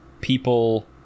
people